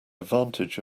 advantage